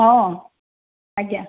ହଁ ଆଜ୍ଞା